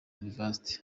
university